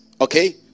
Okay